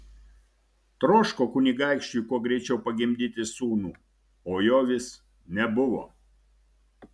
troško kunigaikščiui kuo greičiau pagimdyti sūnų o jo vis nebuvo